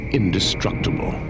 indestructible